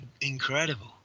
incredible